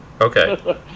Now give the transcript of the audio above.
Okay